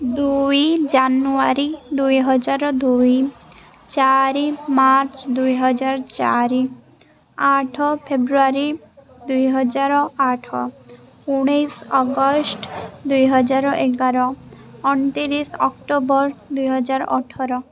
ଦୁଇ ଜାନୁଆରୀ ଦୁଇହଜାର ଦୁଇ ଚାରି ମାର୍ଚ୍ଚ ଦୁଇହଜାର ଚାରି ଆଠ ଫେବୃଆରୀ ଦୁଇହଜାର ଆଠ ଉଣେଇଶି ଅଗଷ୍ଟ ଦୁଇହଜାର ଏଗାର ଅଣତିରିଶି ଅକ୍ଟୋବର ଦୁଇହଜାର ଅଠର